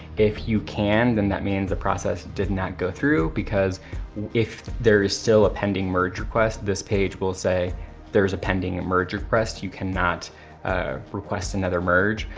if you can, then that means the process did not go through, because if there is still a pending merge request, this page will say there's a pending and merge request you cannot request another merge.